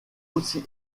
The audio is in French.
aussi